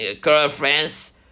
girlfriends